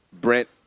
Brent